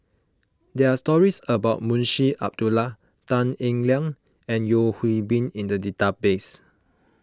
there are stories about Munshi Abdullah Tan Eng Liang and Yeo Hwee Bin in the database